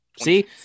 see